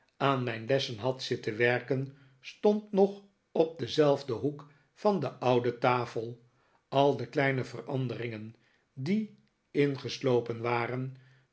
aan mijn lessen had zitten werken stond nog op denzelfden hoek van de oude tafel al de kleine veranderingen die ingeslopen waren